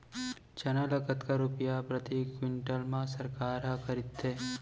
चना ल कतका रुपिया प्रति क्विंटल म सरकार ह खरीदथे?